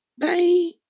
Bye